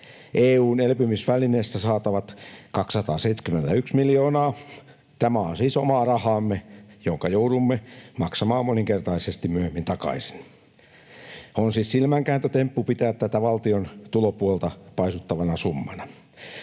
EU:n elpymisvälineestä saatavat 271 miljoonaa. Tämä on siis omaa rahaamme, jonka joudumme maksamaan moninkertaisesti myöhemmin takaisin. On siis silmänkääntötemppu pitää tätä valtion tulopuolta paisuttavana summana.